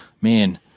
Man